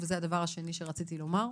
וזה הדבר השני שרציתי לומר.